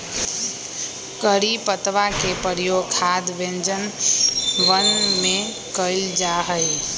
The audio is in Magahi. करी पत्तवा के प्रयोग खाद्य व्यंजनवन में कइल जाहई